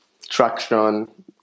traction